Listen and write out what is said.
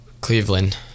Cleveland